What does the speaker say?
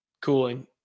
Cooling